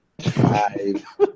five